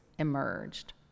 emerged